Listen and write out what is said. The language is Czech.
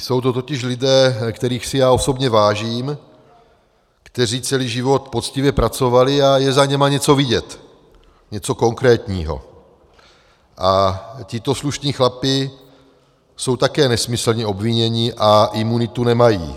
Jsou to totiž lidé, kterých si já osobně vážím, kteří celý život poctivě pracovali, a je za nimi něco vidět, něco konkrétního, a tito slušní chlapi jsou také nesmyslně obviněni a imunitu nemají.